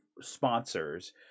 sponsors